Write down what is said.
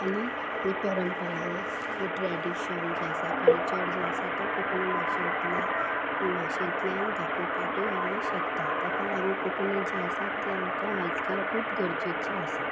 आनी ही परंपरा हे ट्रेडिशन जें आसा कल्चर जो आसा तो कोंकणी भाशेंतल्या भाशेंतल्यान दाखोवपाकूय आमी शकतात ताका लागून कोंकणी जी आसा ती आमकां आयज काल खूब गरजेची आसा